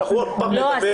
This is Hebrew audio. שאנחנו עוד פעם נדבר --- לא,